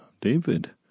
David